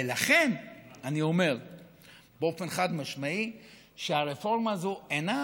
ולכן אני אומר באופן חד-משמעי שהרפורמה הזאת אינה